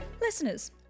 Listeners